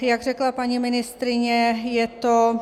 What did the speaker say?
Jak řekla paní ministryně, je to...